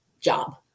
job